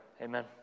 Amen